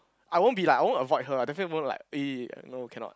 I won't be like I won't avoid her lah definitely I won't like eh no cannot